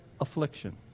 affliction